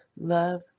love